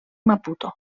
maputo